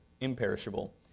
imperishable